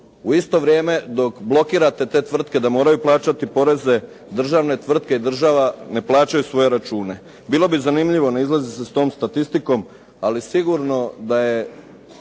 U isto vrijeme dok blokirate te tvrtke da moraju plaćati te poreze, državne tvrtke i država ne plaćaju svoje račune. Bilo bi zanimljivo ne izlaziti sa tom statistikom, ali sigurno da je